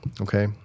Okay